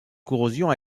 corrosion